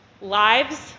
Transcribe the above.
lives